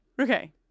Okay